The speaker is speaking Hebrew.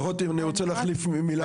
אני רוצה להחליף מילה,